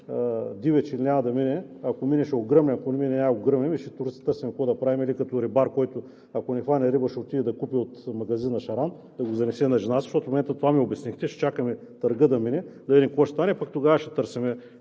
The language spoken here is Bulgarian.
дивеч, или няма да мине, ако мине, ще го гръмнем, ако не мине, няма да го гръмнем и ще търсим какво да правим или като рибар, който, ако не хване риба, ще отиде да купи от магазина шаран, за да го занесе на жена си, защото в момента това ми обяснихте – чакаме търгът да мине и да видим какво ще стане, а пък тогава ще му търсим